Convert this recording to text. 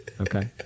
Okay